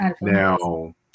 now